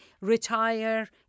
retire